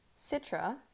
Citra